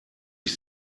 ich